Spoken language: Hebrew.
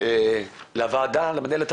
כמה ירדו